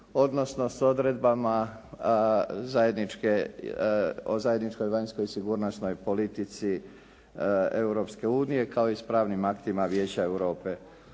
odnosno s odredbama zajedničke, o zajedničkoj vanjskoj sigurnosnoj politici Europske unije kao i s pravnim aktima Vijeća Europe.